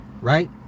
right